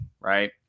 right